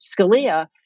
Scalia